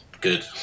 good